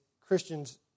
Christians